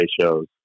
shows